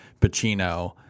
Pacino